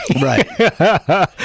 Right